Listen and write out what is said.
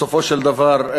בסופו של דבר,